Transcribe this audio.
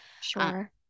Sure